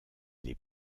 les